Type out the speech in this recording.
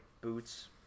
boots-